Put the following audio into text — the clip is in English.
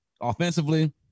Offensively